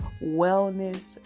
wellness